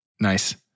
Nice